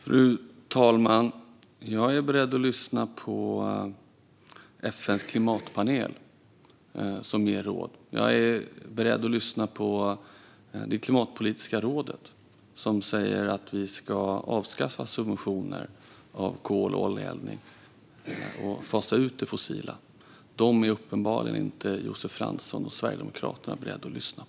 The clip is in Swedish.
Fru talman! Jag är beredd att lyssna på FN:s klimatpanel, som ger råd. Jag är beredd att lyssna på Klimatpolitiska rådet, som säger att vi ska avskaffa subventioner av kol och oljeeldning och fasa ut det fossila. Dem är Josef Fransson och Sverigedemokraterna uppenbarligen inte beredda att lyssna på.